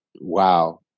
wow